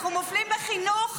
אנחנו מופלים בחינוך.